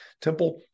Temple